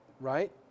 right